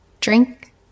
drink